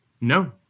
No